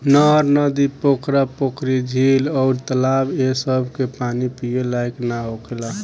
नहर, नदी, पोखरा, पोखरी, झील अउर तालाब ए सभ के पानी पिए लायक ना होखेला